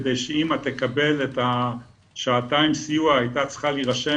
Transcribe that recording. כדי שאמא תקבל את השעתיים סיוע היא הייתה צריכה להירשם,